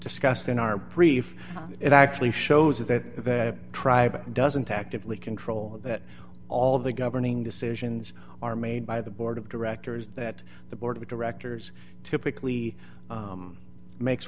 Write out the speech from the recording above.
discussed in our brief it actually shows that the tribe doesn't actively control that all the governing decisions are made by the board of directors that the board of directors typically makes